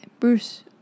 Bruce